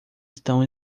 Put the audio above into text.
estão